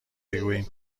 بگوییم